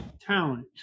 talent